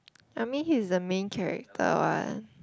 I mean he is the main character what